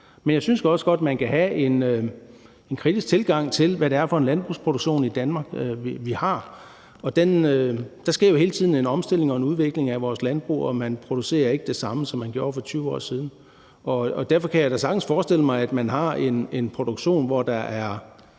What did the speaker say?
Men jeg synes også godt, at man kunne have en kritisk tilgang til, hvad det er for en landbrugsproduktion, vi har i Danmark, og der sker jo hele tiden en omstilling og udvikling af vores landbrug, og man producerer ikke det samme, som man gjorde for 20 år siden, og derfor kan jeg da sagtens forestille mig, at man har en produktion, hvor der